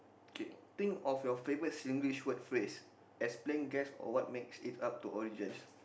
K think of your favourite Singlish word phrase as playing gas or what makes it up to origins